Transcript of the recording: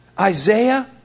Isaiah